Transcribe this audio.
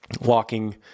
walking